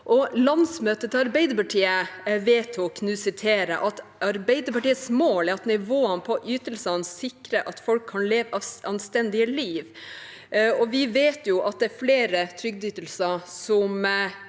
Landsmøtet til Arbeiderpartiet vedtok at «Arbeiderpartiets mål er at nivået på trygdeytelsene sikrer at folk kan leve anstendige liv». Vi vet at flere trygdeytelser